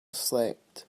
slept